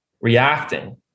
reacting